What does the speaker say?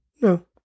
No